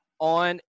on